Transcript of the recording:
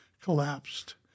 collapsed